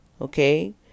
okay